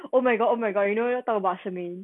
oh my god oh my god you know you talk about shermaine